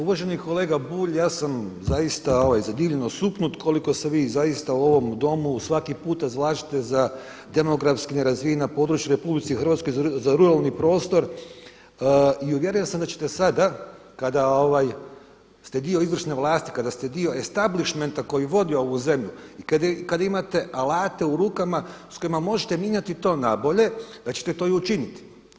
Uvaženi kolega Bulj, ja sam zaista zadivljeno osupnut koliko se vi zaista u voom Domu svaki puta zalažete za demografski nerazvijena područja u RH za ruralni prostor i uvjeren sam da ćete sada kada ste dio izvršne vlasti kada ste dio establishmenta koji vodi ovu zemlju i kada imate alate u rukama s kojima možete mijenjati to na bolje da ćete to i učiniti.